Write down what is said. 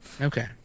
Okay